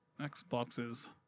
Xboxes